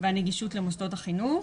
והנגישות למוסדות החינוך.